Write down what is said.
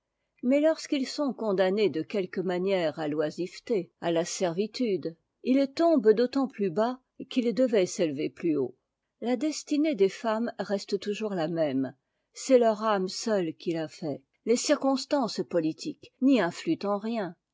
mais lorsqu'ils sont condamnés de quielque manière à t'oisiveté ou à la servitude ils tombent d'autant plus bas qu'ils devaient s'élever plus haut la destinée des femmes reste toujours la même c'est leur âme seule qui la fait les circonstances politiques n'y influent en rien